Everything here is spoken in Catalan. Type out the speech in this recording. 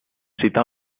citar